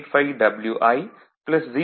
985Wi 0